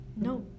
No